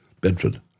Bedford